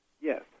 Yes